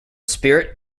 spirit